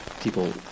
people